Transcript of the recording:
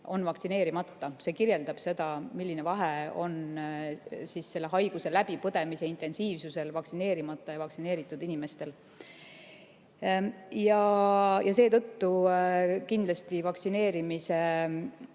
on vaktsineerimata. See kirjeldab seda, milline vahe on selle haiguse läbipõdemise intensiivsusel vaktsineerimata ja vaktsineeritud inimeste puhul. Seetõttu kindlasti vaktsineerimine